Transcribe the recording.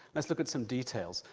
let's look at some details.